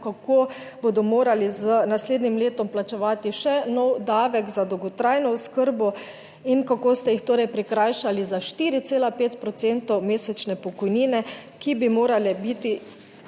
kako bodo morali z naslednjim letom plačevati še nov davek za dolgotrajno oskrbo in kako ste jih torej prikrajšali za 4,5 procentov mesečne pokojnine, ki bi morale biti